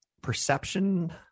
perception